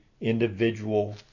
individual